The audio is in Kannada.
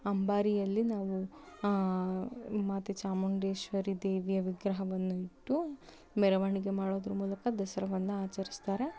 ಅಂಬಾರಿಯಲ್ಲಿ ನಾವು ಮಾತೆ ಚಾಮುಂಡೇಶ್ವರಿ ದೇವಿಯ ವಿಗ್ರಹವನ್ನು ಇಟ್ಟು ಮೆರವಣಿಗೆ ಮಾಡೋದರ ಮೂಲಕ ದಸರಾವನ್ನು ಆಚರಿಸ್ತಾರೆ